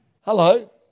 hello